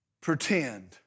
pretend